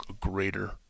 greater